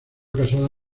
casada